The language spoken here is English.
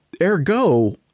Ergo